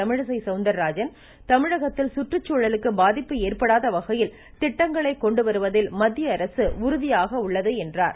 தமிழிசை சவுந்தர்ராஜன் தமிழகத்தில் சுற்றுச்சூழலுக்கு பாதிப்பு ஏற்படாத வகையில் திட்டங்களை கொண்டு வருவதில் மத்திய அரசு உறுதியாக உள்ளது என்றார்